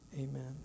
amen